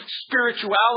spirituality